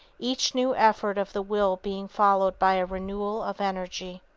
each new effort of the will being followed by a renewal of energy.